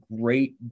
great